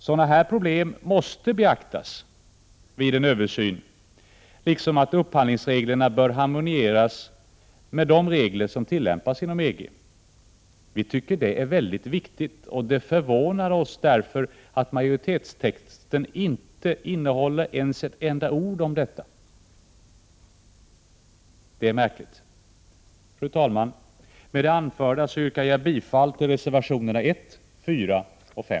Problem av nu angivet slag måste beaktas vid översynen, liksom att upphandlingsreglerna bör harmoniseras med de regler som tillämpas inom EG. Vi tycker detta är väldigt viktigt, och det förvånar oss att majoritetstexten inte innehåller ens ett enda ord om den saken. Fru talman! Med det anförda yrkar jag bifall till reservationerna 1, 4 och 5.